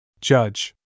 Judge